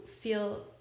feel